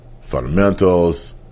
fundamentals